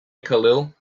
khalil